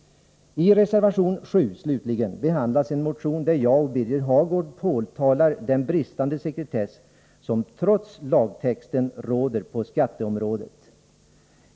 I reservation 7 slutligen behandlas en motion, där jag och Birger Hagård påtalar den bristande sekretess som trots lagtexten råder på skatteområdet.